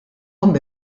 omm